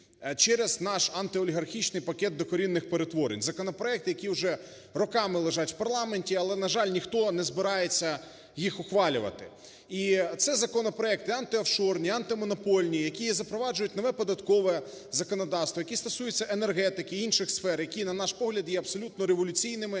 Через наш антиолігархічний пакет докорінних перетворень, законопроекти, які вже роками лежать в парламенті, але, на жаль, ніхто не збирається їх ухвалювати. І це законопроекти антиофшорні, антимонопольні, які запроваджують нове податкове законодавство, які стосуються енергетики і інших сфер, які на наш погляд є абсолютно революційними,